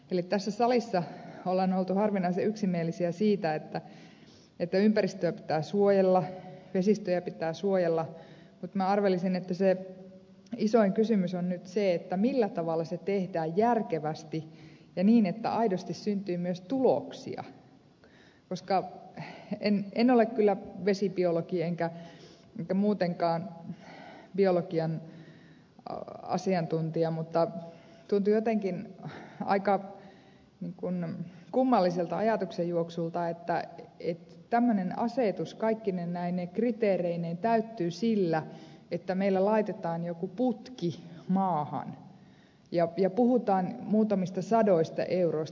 eli tässä salissa on oltu harvinaisen yksimielisiä siitä että ympäristöä pitää suojella vesistöjä pitää suojella mutta minä arvelisin että se isoin kysymys on nyt se millä tavalla se tehdään järkevästi ja niin että aidosti syntyy myös tuloksia koska en ole kyllä vesibiologi enkä muutenkaan biologian asiantuntija mutta tuntuu jotenkin aika kummalliselta ajatuksenjuoksulta että tämmöinen asetus kaikkine näine kriteereineen täyttyy sillä että meillä laitetaan joku putki maahan ja puhutaan muutamista sadoista euroista